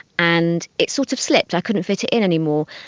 and it sort of slipped, i couldn't fit it in any more.